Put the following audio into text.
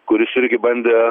kuris irgi bandė